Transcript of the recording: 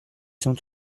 cent